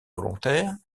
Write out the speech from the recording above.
volontaires